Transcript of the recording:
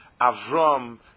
Avram